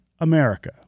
America